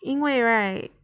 因为 right